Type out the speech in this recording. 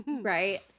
Right